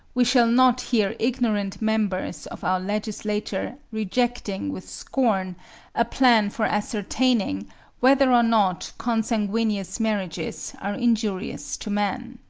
we shall not hear ignorant members of our legislature rejecting with scorn a plan for ascertaining whether or not consanguineous marriages are injurious to man.